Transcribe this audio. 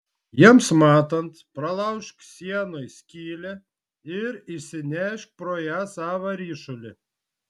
jiems matant pralaužk sienoje skylę ir išsinešk pro ją savo ryšulį